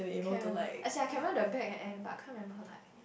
can't remember as in I can remember the bag and and but can't remember like